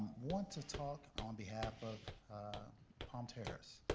want to talk on behalf of palm terrace.